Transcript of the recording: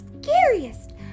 scariest